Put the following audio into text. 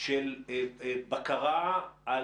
של בקרה,